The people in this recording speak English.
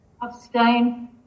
Abstain